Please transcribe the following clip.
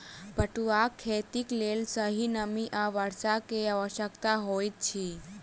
पटुआक खेतीक लेल सही नमी आ वर्षा के आवश्यकता होइत अछि